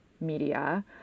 media